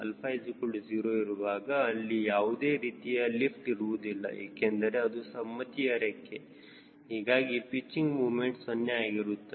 𝛼 0 ಇರುವಾಗ ಅಲ್ಲಿ ಯಾವುದೇ ರೀತಿಯ ಲಿಫ್ಟ್ ಇರುವುದಿಲ್ಲ ಏಕೆಂದರೆ ಅದು ಸಮ್ಮತಿಯ ರೆಕ್ಕೆ ಹೀಗಾಗಿ ಪಿಚ್ಚಿಂಗ್ ಮೂಮೆಂಟ್ 0 ಆಗಿರುತ್ತದೆ